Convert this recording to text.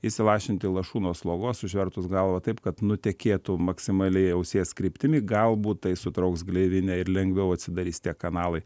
įsilašinti lašų nuo slogos užvertus galvą taip kad nutekėtų maksimaliai ausies kryptimi galbūt tai sutrauks gleivinę ir lengviau atsidarys tie kanalai